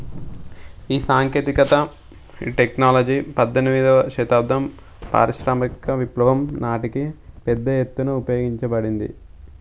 ఈ సాంకేతికత ఈ టెక్నాలజీ పజ్జేనిమిదవ శతాబ్దం పారిశ్రామిక విప్లవం నాటికి పెద్ద ఎత్తున ఉపయోగించబడింది